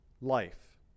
life